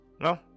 No